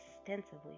extensively